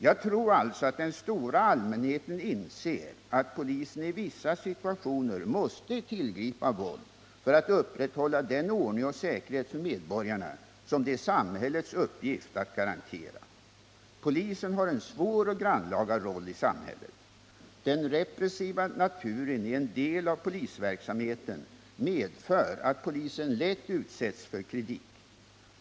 Jag tror alltså att den stora allmänheten inser att polisen i vissa situationer måste tillgripa våld för att upprätthålla den ordning och säkerhet för medborgarna som det är samhällets uppgift att garantera. Polisen har en svår och grannlaga roll i samhället. Den repressiva naturen i en del av polisverksamheten medför att polisen lätt utsätts för kritik.